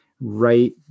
right